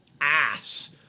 ass